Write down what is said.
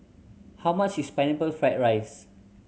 how much is Pineapple Fried rice